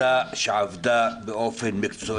הוועדה הזאת זו ועדה שעבדה באופן מקצועי,